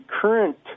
current